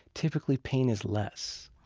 typically pain is less.